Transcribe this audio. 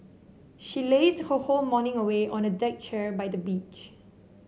she lazed her whole morning away on a deck chair by the beach